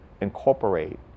incorporate